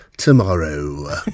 tomorrow